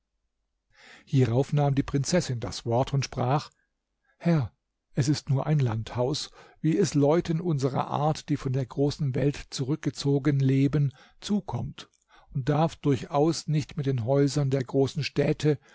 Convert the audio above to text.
hierauf nahm die prinzessin das wort und sprach herr es ist nur ein landhaus wie es leuten unserer art die von der großen welt zurückgezogen leben zukommt und darf durchaus nicht mit den häusern der großen städte